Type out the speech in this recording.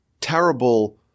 terrible